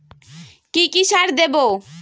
কি কি সার দেবো?